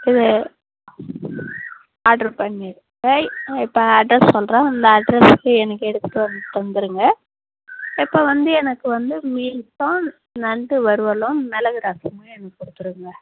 order பண்ணிடுங்கள் இப்போ address சொல்கிறேன் அந்த அட்ரெஸ்க்கு எனக்கு எடுத்துகிட்டு வந்து தந்துடுங்க இப்போ வந்து எனக்கு வந்து மீல்ஸும் நண்டு வறுவலும் மிளகு ரசமும் எனக்கு கொடுத்துருங்க